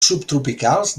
subtropicals